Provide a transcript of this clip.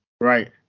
right